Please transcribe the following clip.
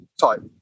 type